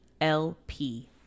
lp